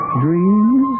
dreams